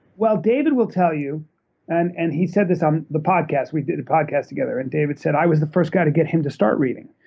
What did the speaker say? well, david will tell you and and he said this on the podcast. we did a podcast together and david said, i was the first guy to get him to start reading,